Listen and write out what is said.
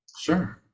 Sure